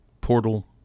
portal